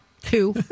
two